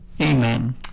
Amen